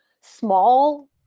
small